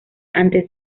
antes